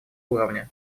уровня